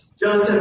Joseph